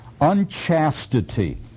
Unchastity